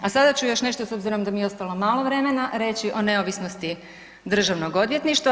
A sada ću još nešto s obzirom da mi je ostalo malo vremena reći o neovisnosti državnog odvjetništva.